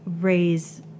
raise